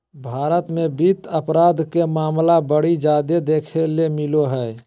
भारत मे वित्त अपराध के मामला बड़ी जादे देखे ले मिलो हय